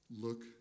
Look